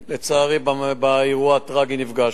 לצערי, באירוע הטרגי נפגשנו.